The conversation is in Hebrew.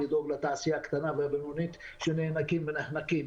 לדאוג לתעשייה הקטנה והבינונית שנאנקים ונחנקים.